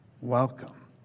Welcome